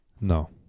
No